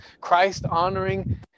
Christ-honoring